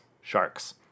Sharks